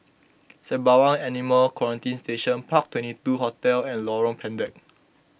Sembawang Animal Quarantine Station Park Twenty two Hotel and Lorong Pendek